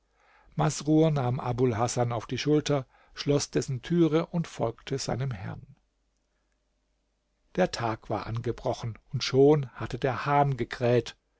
masrur nahm abul hasan auf die schulter schloß dessen türe und folgte seinem herrn der tag war angebrochen und schon hatte der hahn gekräht